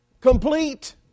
complete